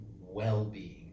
well-being